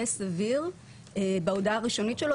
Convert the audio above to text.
יהיה סביר בהודעה הראשונית שלה,